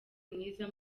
mwiza